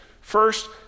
First